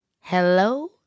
Hello